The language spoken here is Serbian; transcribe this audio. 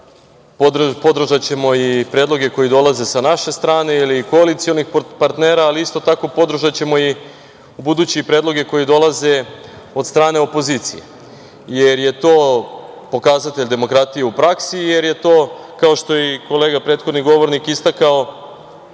podržaćemo i predloge koji dolaze sa naše strane ili koalicionih partnera, ali isto tako podržaćemo i ubuduće i predloge koji dolaze od strane opozicije, jer je to pokazatelj demokratije u praksi, jer je to, kao što je kolega prethodni govornik istakao,